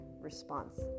response